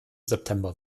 september